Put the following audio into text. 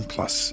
Plus